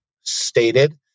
stated